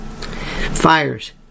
Fires